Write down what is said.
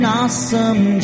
awesome